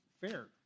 fair